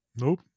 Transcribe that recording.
nope